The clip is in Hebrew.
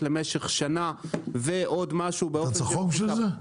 למשך שנה ועוד משהו --- צריך חוק בשביל זה?